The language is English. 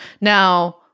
Now